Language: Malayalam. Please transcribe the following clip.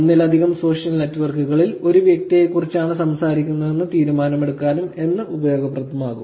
ഒന്നിലധികം സോഷ്യൽ നെറ്റ്വർക്കുകളിൽ ഒരേ വ്യക്തിയെക്കുറിച്ചാണ് സംസാരിക്കുന്നതെന്ന് തീരുമാനമെടുക്കാനും ഇത് ഉപയോഗപ്രദമാകും